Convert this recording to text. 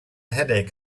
headache